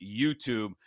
YouTube